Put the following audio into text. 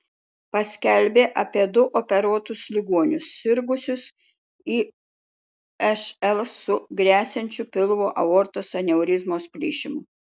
paskelbė apie du operuotus ligonius sirgusius išl su gresiančiu pilvo aortos aneurizmos plyšimu